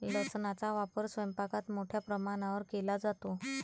लसणाचा वापर स्वयंपाकात मोठ्या प्रमाणावर केला जातो